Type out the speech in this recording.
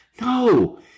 No